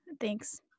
Thanks